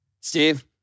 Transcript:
Steve